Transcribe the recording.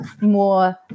more